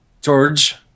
George